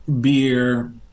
beer